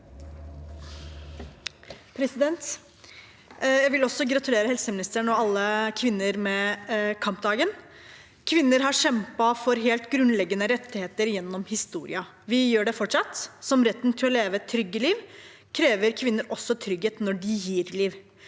Jeg vil også gratulere helseministeren og alle kvinner med kampdagen. «Kvinner har kjempa for helt grunnleggende rettigheter gjennom historia. Vi gjør fortsatt det. Som retten til å leve trygge liv krever kvinner også trygghet når de gir liv.